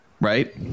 right